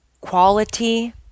quality